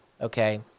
okay